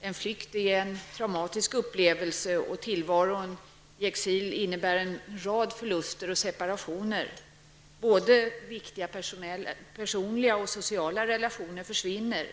En flykt är en traumatisk upplevelse, och en människas tillvaro i exil innebär en rad förluster och separationer. Både viktiga personliga och sociala relationer går förlorade.